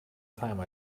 time